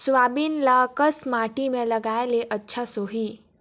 Soybean ल कस माटी मे लगाय ले अच्छा सोही?